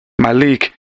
Malik